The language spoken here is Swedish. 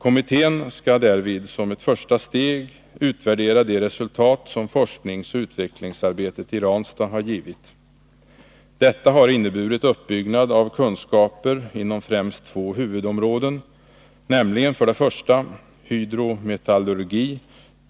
Kommittén skall därvid som ett första steg utvärdera de resultat som forskningsoch utvecklingsarbetet i Ranstad har givit. Detta har inneburit uppbyggnad av kunskaper inom främst två huvudområden, nämligen för det första hydrometallurgi,